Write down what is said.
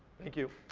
thank you.